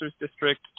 district